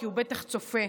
כי הוא בטח צופה: